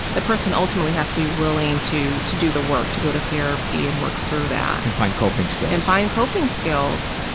that person ultimately has to be willing to to do the work, to go to therapy and work through that. and find coping skills. dr. and find coping skills,